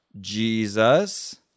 jesus